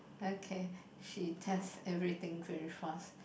okay she test everything very fast